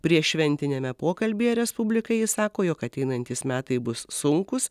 prieššventiniame pokalbyje respublikai jis sako jog ateinantys metai bus sunkūs